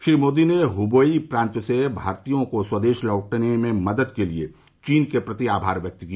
श्री मोदी ने हुंबेई प्रांत से भारतीयों को स्वदेश लौटने में मदद के लिए चीन के प्रति आभार व्यक्त किया